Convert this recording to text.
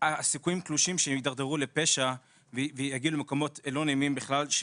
סיכויים קלושים שהם יתדרדרו לפשע ויגיעו למקומות לא נעימים בכלל,